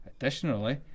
Additionally